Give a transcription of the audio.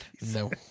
No